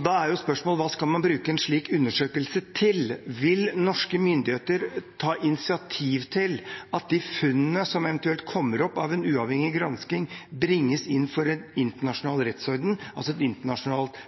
Da er spørsmålet hva man skal bruke en slik undersøkelse til. Vil norske myndigheter ta initiativ til at de funnene som eventuelt kommer fram i en uavhengig gransking, bringes inn for en internasjonal rettsorden,